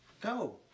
Go